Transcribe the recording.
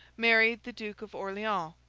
married the duke of orleans,